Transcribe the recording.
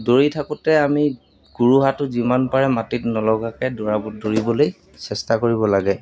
দৌৰি থাকোঁতে আমি গোৰোহাটো যিমান পাৰে মাটিত নলগাকৈ দৌৰাব দৌৰিবলৈ চেষ্টা কৰিব লাগে